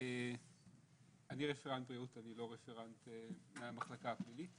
אני רפרנט בריאות, אני לא רפרנט מהמחלה הפלילית.